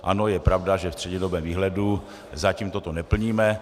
Ano, je pravda, že ve střednědobém výhledu zatím toto neplníme.